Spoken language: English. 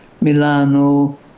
Milano